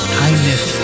kindness